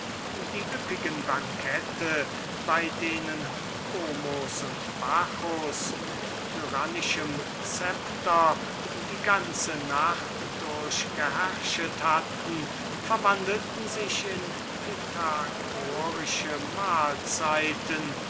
die üppigen bankette bei denen comus und bacchus mit tyrannischem szepter die ganze nacht durch geherrschet hatten verwandelten sich in pythagorische mahlzeiten